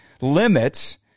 limits